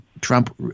Trump